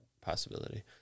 possibility